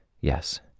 Yes